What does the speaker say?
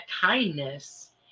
kindness